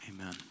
amen